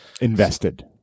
Invested